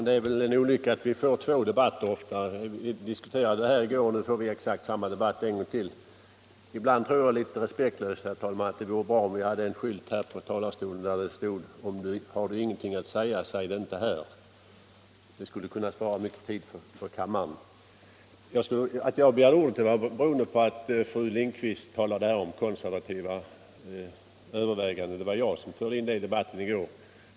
Herr talman! Det är olyckligt att vi ofta får två debatter i samma fråga — vi har i dag fått exakt samma debatt som vi hade i går. Ibland tänker jag litet respektlöst att det, herr talman, vore bra om det här på talarstolen funnes ett anslag där det stod: ”Har du ingenting att säga, så säg det inte här!” Det skulle kunna spara mycket tid för kammaren. Att jag nu begärde ordet berodde på att fru Lindquist tog upp vad jag hade sagt om konservativa överväganden.